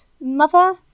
mother